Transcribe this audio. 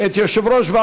אדוני היושב-ראש,